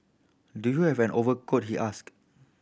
do you have an overcoat he asked